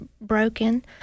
broken